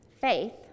faith